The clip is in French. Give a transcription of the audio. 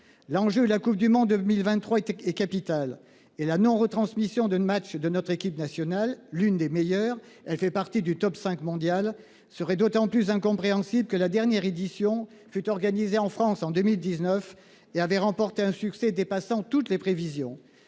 l'enjeu la Coupe du monde 2023 est capital et la non-. Retransmission de match de notre équipe nationale. L'une des meilleures. Elle fait partie du top 5 mondial serait d'autant plus incompréhensible que la dernière édition fut organisée en France en 2019 et avait remporté un succès dépassant toutes les prévisions.